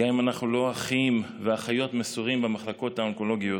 גם אם אנחנו לא אחים ואחיות מסורים במחלקות האונקולוגיות,